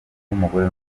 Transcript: nk’umugore